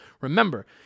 remember